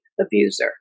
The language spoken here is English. abuser